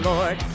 Lord